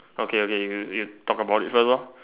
okay okay you talk about it first lor